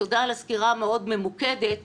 תודה על הסקירה הממוקדת מאוד,